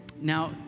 Now